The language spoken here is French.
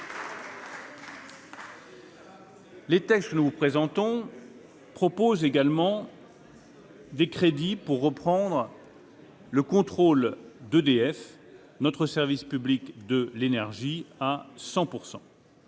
Les textes que nous vous présentons proposent également des crédits pour reprendre à 100 % le contrôle de notre service public de l'énergie.